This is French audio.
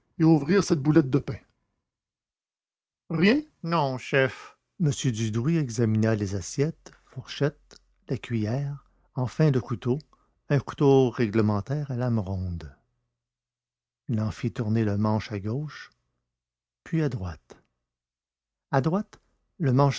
ouvrir cette boulette de pain rien non chef m dudouis examina les assiettes la fourchette la cuiller enfin le couteau un couteau réglementaire à lame ronde il en fit tourner le manche à gauche puis à droite à droite le manche